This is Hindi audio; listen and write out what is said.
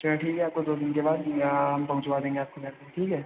चलो ठीक है आपको दो दिन के बाद या हम पहुँचवा देंगे आपके घर पर ठीक है